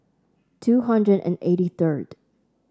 two hundred and eighty third